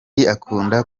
akunda